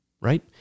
right